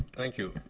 thank you.